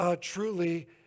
truly